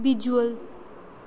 visual